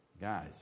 guys